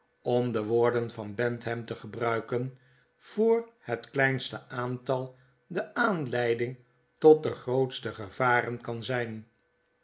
om de woorden van b e n t h a m te gebruiken voor het kleinste aantal de aanleiding tot de grootste gevaren kan zijn